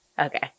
okay